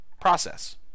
process